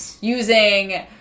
using